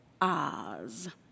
Oz